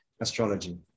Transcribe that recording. astrology